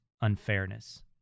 unfairness